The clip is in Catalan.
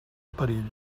perill